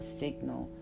signal